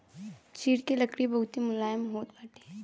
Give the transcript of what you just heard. चीड़ के लकड़ी बहुते मुलायम होत बाटे